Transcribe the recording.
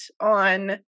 on